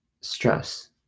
stress